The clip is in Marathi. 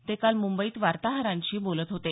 ते काल मुंबईत वार्ताहरांशी बोलत होते